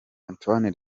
antoine